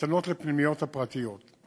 הניתנות לפנימיות הפרטיות.